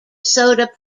soda